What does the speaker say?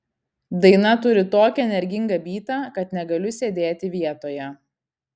daina turi tokį energingą bytą kad negaliu sėdėti vietoje